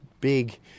big